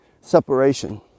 separation